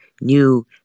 new